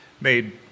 made